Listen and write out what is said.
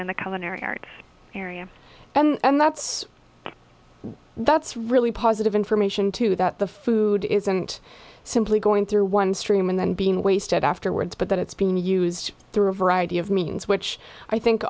narrative area and that's that's really positive information too that the food isn't simply going through one stream and then being wasted afterwards but that it's been used through a variety of means which i think